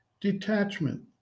Detachment